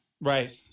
Right